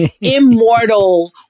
immortal